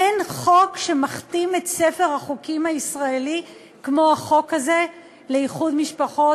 אין חוק שמכתים את ספר החוקים הישראלי כמו החוק הזה על איחוד משפחות,